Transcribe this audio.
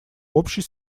общей